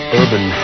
urban